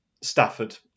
Stafford